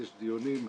יש דיונים,